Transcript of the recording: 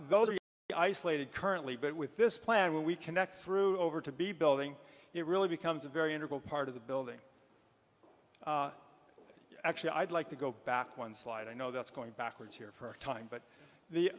be isolated currently but with this plan we connect through over to be building it really becomes a very integral part of the building actually i'd like to go back one slide i know that's going backwards here for a time but the